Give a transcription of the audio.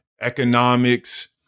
economics